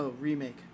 remake